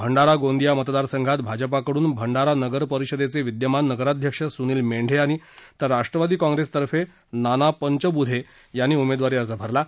भंडारा गोंदिया मतदारसंघात भाजपकडून भंडारा नगर परिषदेचे विद्यमान नगराध्यक्ष सुनील मेंढे यांनी तर राष्ट्रवादी कांग्रेसतर्फे नाना पंचबुधे यांनी उमेदवारी अर्ज भरला आहे